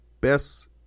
best